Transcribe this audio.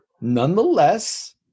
Nonetheless